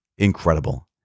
incredible